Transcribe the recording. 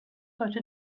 heute